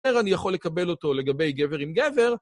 איך אני יכול לקבל אותו לגבי גבר עם גבר?